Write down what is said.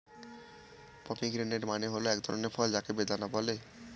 pomegranate মানে হল এক ধরনের ফল যাকে বেদানা বলে